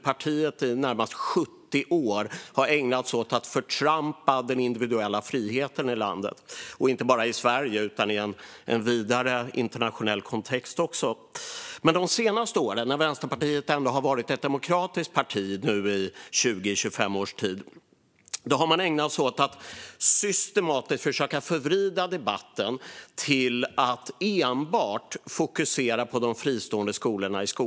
Partiet har i närmare 70 år ägnat sig åt att förtrampa den individuella friheten i landet, och inte bara i Sverige utan också i en vidare internationell kontext. Men under de senaste 20-25 åren, när Vänsterpartiet ändå har varit ett demokratiskt parti, har man ägnat sig åt att systematiskt försöka förvrida skoldebatten till att enbart fokusera på de fristående skolorna.